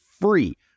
free